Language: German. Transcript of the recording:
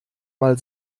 mal